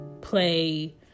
play